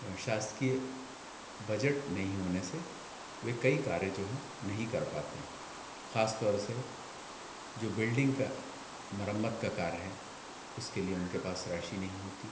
शासकीय बजट नहीं होने से वे कई कार्य जो है नहीं कर पाते हैं खासतौर से जो बिल्डिंग का मरम्मत का कार्य है उसके लिए उनके पास राशि नहीं होती